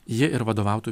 ji ir vadovautų